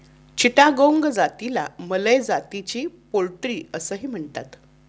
चिटागोंग जातीला मलय जातीची पोल्ट्री असेही म्हणतात